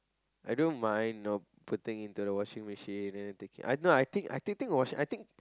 I don't mind know putting into the washing machine and then taking no I think I think think washing I think